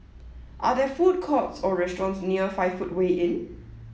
are there food courts or restaurants near five footway Inn